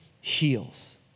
heals